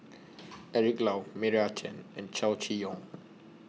Eric Low Meira Chand and Chow Chee Yong